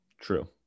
True